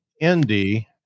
Indy